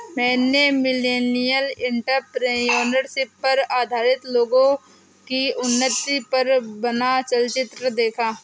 मैंने millennial entrepreneurship पर आधारित लोगो की उन्नति पर बना चलचित्र देखा